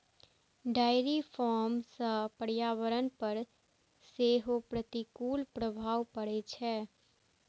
dairy farm सं पर्यावरण पर सेहो प्रतिकूल प्रभाव पड़ै छै